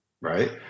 right